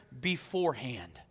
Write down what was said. beforehand